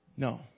No